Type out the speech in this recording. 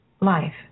life